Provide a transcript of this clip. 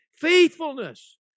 faithfulness